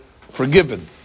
forgiven